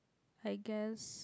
I guess